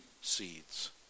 seeds